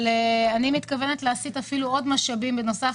אני מתכוונת להסיט עוד משאבים בנוסף